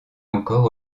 encore